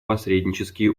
посреднические